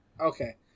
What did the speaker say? okay